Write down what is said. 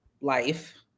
life